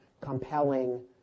compelling